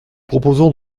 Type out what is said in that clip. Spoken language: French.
proposons